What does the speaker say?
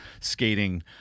skating